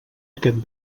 aquest